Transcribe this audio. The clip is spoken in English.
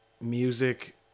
music